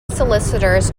solicitors